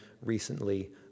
recently